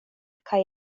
kaj